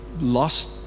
lost